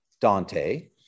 Dante